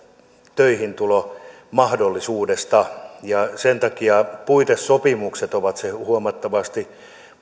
töihintulomahdollisuudesta sen takia puitesopimukset ovat se huomattavasti